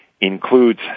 includes